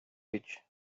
bić